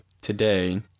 today